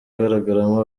agaragaramo